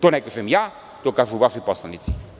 To ne kažem ja, to kažu vaši poslanici.